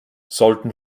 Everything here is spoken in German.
sollten